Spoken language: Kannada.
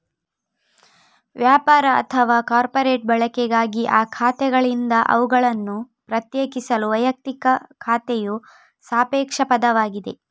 ವ್ಯಾಪಾರ ಅಥವಾ ಕಾರ್ಪೊರೇಟ್ ಬಳಕೆಗಾಗಿ ಆ ಖಾತೆಗಳಿಂದ ಅವುಗಳನ್ನು ಪ್ರತ್ಯೇಕಿಸಲು ವೈಯಕ್ತಿಕ ಖಾತೆಯು ಸಾಪೇಕ್ಷ ಪದವಾಗಿದೆ